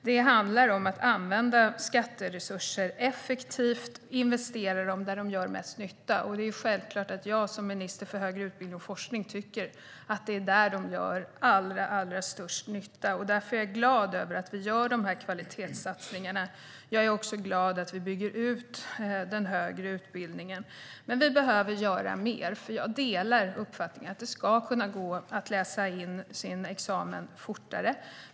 Det handlar om att använda skatteresurser effektivt och investera dem där de gör mest nytta. Det är självklart att jag som minister för högre utbildning och forskning tycker att de gör allra störst nytta där. Jag är därför glad över att vi gör dessa kvalitetssatsningar. Jag är också glad över att vi bygger ut den högre utbildningen. Vi behöver dock göra mer, för jag delar uppfattningen att det ska kunna gå att läsa in sin examen fortare.